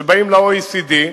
שבאים ל-OECD,